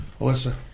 Alyssa